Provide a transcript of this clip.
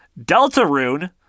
Deltarune